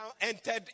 entered